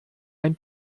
ein